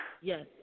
Yes